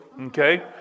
okay